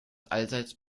allseits